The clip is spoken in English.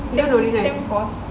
same course